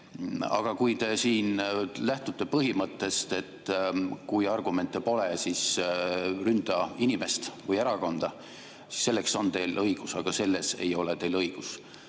Aga kui te siin lähtute põhimõttest "kui argumente pole, siis ründa inimest või erakonda", siis selleks on teil õigus, aga selles ei ole teil õigus.